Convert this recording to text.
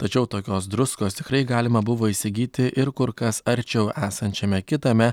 tačiau tokios druskos tikrai galima buvo įsigyti ir kur kas arčiau esančiame kitame